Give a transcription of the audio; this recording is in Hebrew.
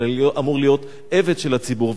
אלא אמור להיות עבד של הציבור.